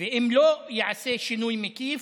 אם לא ייעשה שינוי מקיף,